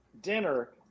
dinner